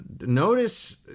Notice